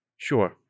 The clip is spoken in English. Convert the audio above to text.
Sure